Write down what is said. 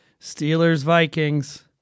Steelers-Vikings